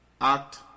Act